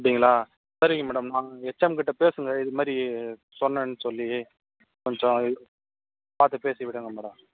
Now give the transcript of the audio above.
அப்படிங்களா சரிங்க மேடம் நாங்கள் ஹெச்எம் கிட்டே பேசுங்க இதுமாரி சொன்னேன்னு சொல்லி கொஞ்சம் பார்த்து பேசி விடுங்க மேடம்